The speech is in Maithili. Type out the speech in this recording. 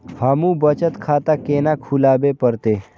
हमू बचत खाता केना खुलाबे परतें?